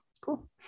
cool